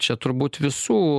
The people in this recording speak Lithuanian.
čia turbūt visų